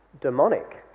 demonic